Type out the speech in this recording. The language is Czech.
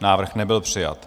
Návrh nebyl přijat.